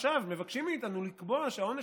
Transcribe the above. עכשיו מבקשים מאיתנו לקבוע שהעונש